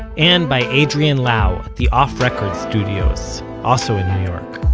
and by adrian lau at the off record studios, also in new york.